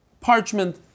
parchment